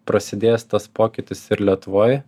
prasidės tas pokytis ir lietuvoj